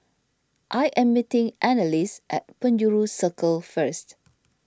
I am meeting Anneliese at Penjuru Circle First